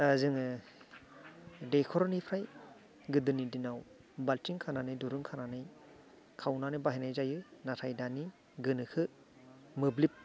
जों दैखरनिफ्राय गोदोनि दिनाव बाल्थिं खानानै दुरुं खानानै खावनानै बाहायनाय जायो नाथाय दानि गोनोखो मोब्लिब